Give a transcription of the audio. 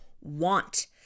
want